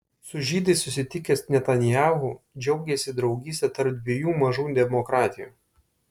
su žydais susitikęs netanyahu džiaugėsi draugyste tarp dviejų mažų demokratijų